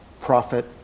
profit